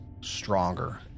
Stronger